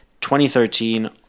2013